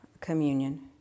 communion